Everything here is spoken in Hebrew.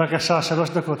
בבקשה, שלוש דקות.